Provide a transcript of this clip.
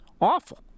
Awful